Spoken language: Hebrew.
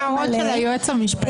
איפה כל ההערות של היועץ המשפטי?